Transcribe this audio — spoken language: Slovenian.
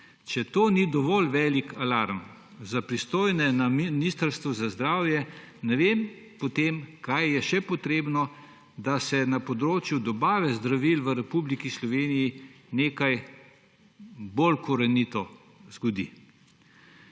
Če to ni dovolj velik alarm za pristojne na Ministrstvu za zdravje, potem ne vem, kaj je še potrebno, da se na področju dobave zdravil v Republiki Sloveniji nekaj bolj korenitega zgodi.